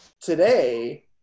today